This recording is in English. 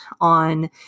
on